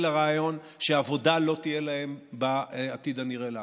לרעיון שעבודה לא תהיה להם בעתיד הנראה לעין.